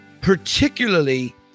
particularly